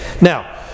Now